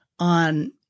on